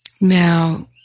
Now